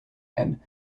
and